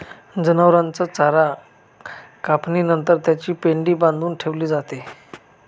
जनावरांचा चारा कापणी नंतर त्याची पेंढी बांधून ठेवली जाते